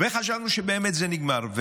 וחשבנו שבאמת זה נגמר.